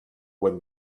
when